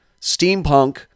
steampunk